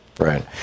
Right